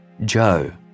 Joe